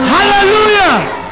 Hallelujah